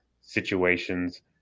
situations